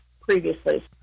previously